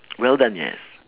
well done yes